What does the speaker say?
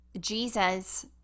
Jesus